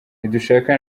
ntidushaka